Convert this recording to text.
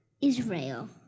Israel